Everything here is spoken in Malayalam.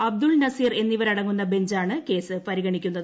അബ്ദുൾ നസീർ എന്നിവരടങ്ങുന്ന ബെഞ്ചാണ് കേസ് പരിഗണിക്കുന്നത്